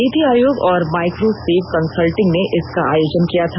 नीति आयोग और MicroSave consulting ने इसका आयोजन किया था